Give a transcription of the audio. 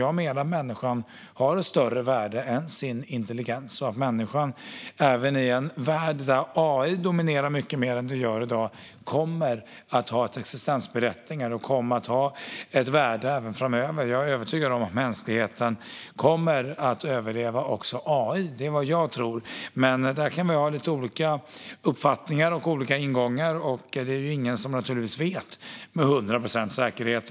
Jag menar att människan har ett större värde än sin intelligens och att människan även i en värld där AI dominerar mycket mer än i dag kommer att ha ett existensberättigande och ett värde även framöver. Jag är övertygad om att mänskligheten kommer att överleva också AI. Det är vad jag tror, men där kan vi ha lite olika uppfattningar och ingångar. Det är naturligtvis ingen som vet med hundra procents säkerhet.